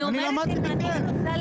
אני למדתי מכם.